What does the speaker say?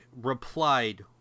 replied